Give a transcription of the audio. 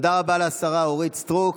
תודה רבה לשרה אורית סטרוק.